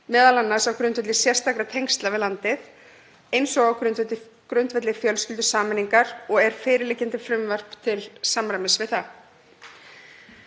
ferla, m.a. á grundvelli sérstakra tengsla við landið eins og á grundvelli fjölskyldusameiningar og er fyrirliggjandi frumvarp til samræmis við það.